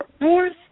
North